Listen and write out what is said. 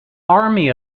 army